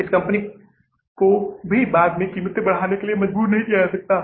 इस कंपनी को भी बाद में कीमत बढ़ाने के लिए मजबूर नहीं किया जा सकता है